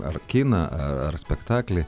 ar kiną ar ar spektaklį